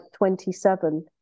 27